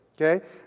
Okay